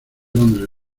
londres